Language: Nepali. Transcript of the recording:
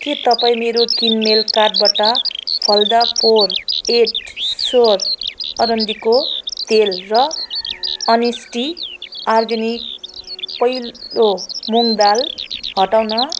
के तपाईँ मेरो किनमेल कार्टबाट फलदा प्योर एन्ड स्योर अरन्डीको तेल र अनेस्टी अर्ग्यानिक पहेँलो मुँग दाल हटाउन